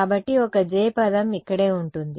కాబట్టి ఒక j పదం ఇక్కడే ఉంటుంది